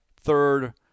third –